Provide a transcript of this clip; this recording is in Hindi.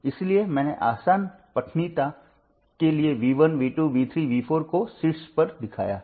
इसलिए मैंने आसान पठनीयता के लिए V1V2 V3 V4 को शीर्ष पर दिखाया है